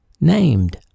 named